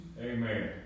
Amen